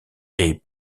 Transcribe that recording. est